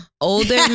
older